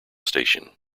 station